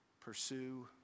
Pursue